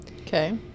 Okay